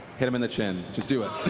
hit them in the chin. just do it.